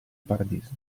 paradiso